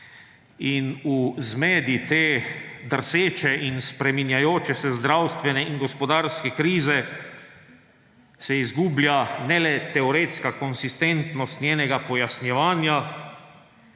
V zmedi te drseče in spreminjajoče se zdravstvene in gospodarske krize se izgublja ne le teoretska konsistentnost njenega pojasnjevanja;